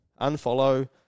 Unfollow